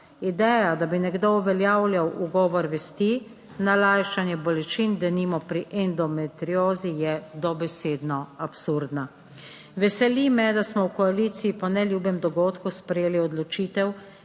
Ideja, da bi nekdo uveljavljal ugovor vesti, na lajšanje bolečin, denimo pri endometriozi, je dobesedno absurdna. Veseli me, da smo v koaliciji po neljubem dogodku sprejeli odločitev